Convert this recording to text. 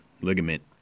ligament